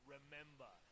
Remember